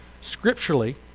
Scripturally